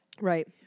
Right